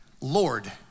Lord